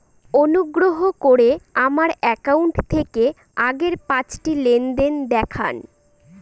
অনুগ্রহ করে আমার অ্যাকাউন্ট থেকে আগের পাঁচটি লেনদেন দেখান